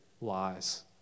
lies